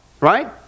right